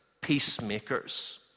peacemakers